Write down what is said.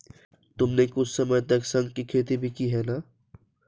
तुमने कुछ समय तक शंख की खेती भी की है ना?